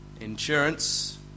Insurance